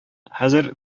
хәзер